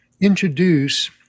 introduce